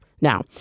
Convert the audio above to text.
now